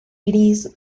gris